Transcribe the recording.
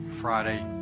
Friday